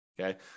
okay